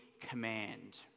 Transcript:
command